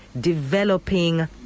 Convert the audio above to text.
developing